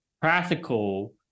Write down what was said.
practical